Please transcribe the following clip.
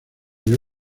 dio